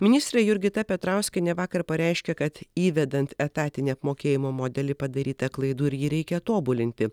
ministrė jurgita petrauskienė vakar pareiškė kad įvedant etatinį apmokėjimo modelį padaryta klaidų ir jį reikia tobulinti